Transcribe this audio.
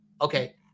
Okay